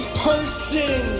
person